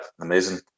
amazing